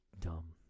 dumb